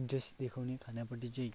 interest देखाउने खानापट्टि चाहिँ